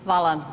Hvala.